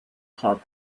club